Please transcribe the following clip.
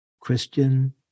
Christian